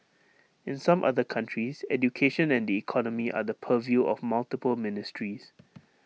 in some other countries education and the economy are the purview of multiple ministries